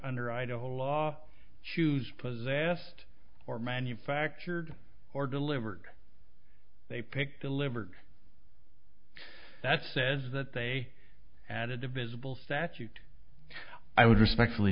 under idaho law choose possessed or manufactured or delivered they picked delivered that says that they added the visible statute i would respectfully